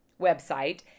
website